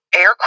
air